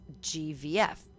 GVF